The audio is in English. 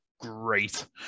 great